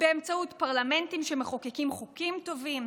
באמצעות פרלמנטים שמחוקקים חוקים טובים,